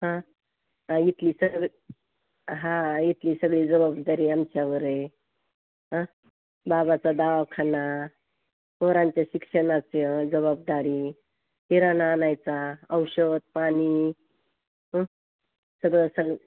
हा इथली सग हा इथली सगळी जबाबदारी आमच्यावर हा बाबाचा दवाखाना पोरांच्या शिक्षणाचे जबाबदारी किराणा आणायचा औषधपाणी ह सगळं सग